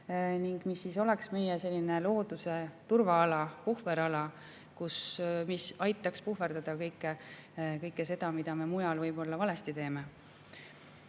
ning mis oleks meie looduse turvaala, puhverala, mis aitaks puhverdada kõike seda, mida me mujal võib-olla valesti teeme.